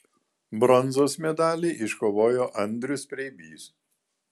bronzos medalį iškovojo andrius preibys